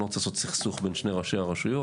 אני לא רוצה לעשות סכסוך בין שני ראשי הרשויות,